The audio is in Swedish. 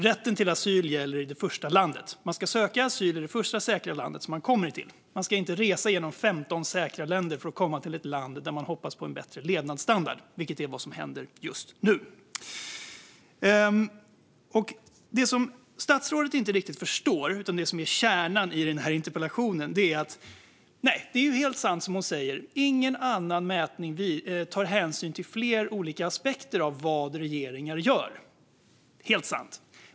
Rätten till asyl gäller i det första landet. Man ska söka asyl i det första säkra land man kommer till. Man ska inte resa genom 15 säkra länder för att komma till ett land där man hoppas på en bättre levnadsstandard, vilket är vad som händer just nu. Det som statsrådet inte riktigt förstår och som är kärnan i denna interpellation är detta: Ingen annan mätning tar, som hon helt riktigt säger, hänsyn till fler olika aspekter av vad regeringar gör - helt sant.